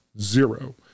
zero